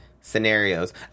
scenarios